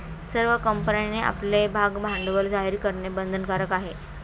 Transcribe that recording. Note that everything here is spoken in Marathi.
सर्व कंपन्यांनी आपले भागभांडवल जाहीर करणे बंधनकारक आहे